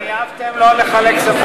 כי התחייבתם לא לחלק כספים,